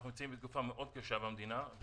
אנחנו נמצאים בתקופה קשה מאוד במדינה ויש